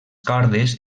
cordes